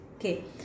okay